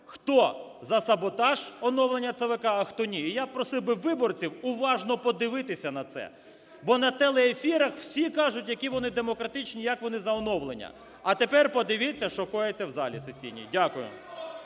хто за саботаж оновлення ЦВК, а хто ні. І я просив би виборців уважно подивитися на це, бо на телеефірах всі кажуть, які вони демократичні і як вони за оновлення. А тепер подивіться, що коїться в залі сесійній. Дякую.